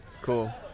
Cool